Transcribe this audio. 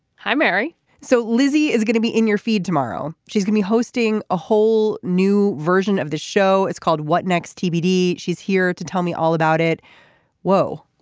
hi mary so lizzie is going to be in your feed tomorrow. she's got me hosting a whole new version of the show it's called what next tbd. she's here to tell me all about it whoa.